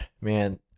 man